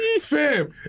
Fam